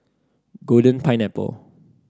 Golden Pineapple